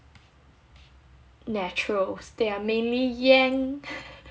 natural they are mainly yang